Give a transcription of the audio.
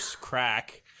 crack